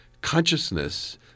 consciousness